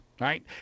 right